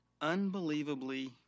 unbelievably